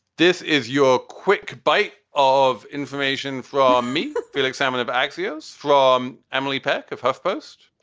this is your quick bite of information from me. felix salmon of axios from emily peck of huff post.